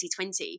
2020